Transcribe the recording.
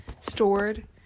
stored